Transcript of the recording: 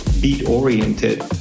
beat-oriented